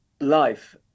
life